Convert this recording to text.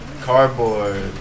cardboard